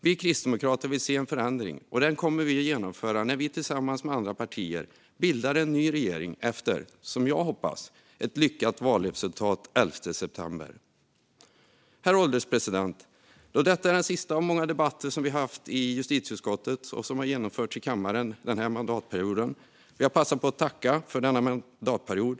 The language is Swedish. Vi kristdemokrater vill se en förändring, och den kommer vi att genomföra när vi tillsammans med andra partier bildar en ny regering efter, som jag hoppas, ett lyckat valresultat den 11 september. Herr ålderspresident! Då detta är den sista av många debatter som vi har haft om justitieutskottets betänkanden i kammaren den här mandatperioden vill jag passa på att tacka för denna mandatperiod.